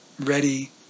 ready